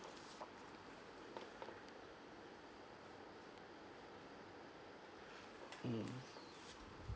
mm